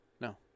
No